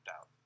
out